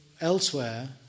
elsewhere